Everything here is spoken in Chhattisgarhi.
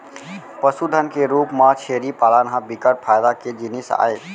पसुधन के रूप म छेरी पालन ह बिकट फायदा के जिनिस आय